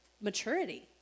maturity